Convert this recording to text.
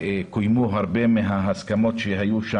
קוימו הרבה מההסכמות שהיו.